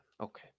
Okay